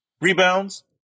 Rebounds